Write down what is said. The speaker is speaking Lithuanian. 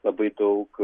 labai daug